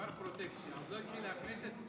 אדוני היושב-ראש, רבותיי חברי הכנסת,